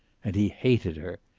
and he hated her.